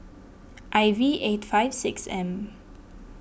I V eight five six M